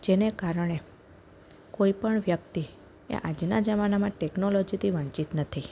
જેને કારણે કોઈપણ વ્યક્તિ એ આજના જમાનામાં ટેક્નોલોજીથી વંચિત નથી